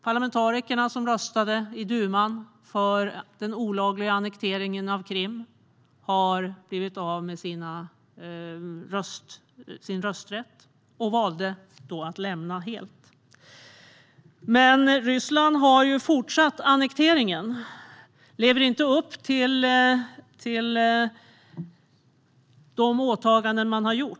Parlamentarikerna som i duman röstade emot den olagliga annekteringen av Krim blivit av med sin rösträtt och valde då att lämna helt. Ryssland har fortsatt annekteringen och lever inte upp till de åtaganden man har gjort.